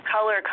color